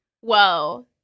Whoa